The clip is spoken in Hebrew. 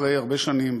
אחרי הרבה שנים,